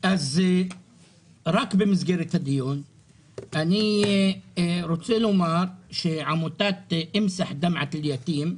אז רק במסגרת הדיון אני רוצה לומר שעמותת אימסח' דמעת אל-יתים,